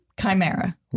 Chimera